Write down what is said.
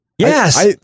Yes